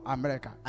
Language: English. America